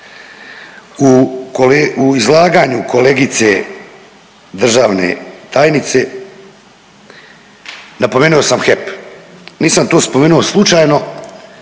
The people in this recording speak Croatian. U izlaganju kolegice državne tajnice napomenuo sam HEP. Nisam to spomenuo slučajno,